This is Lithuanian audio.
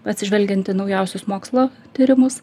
atsižvelgiant į naujausius mokslo tyrimus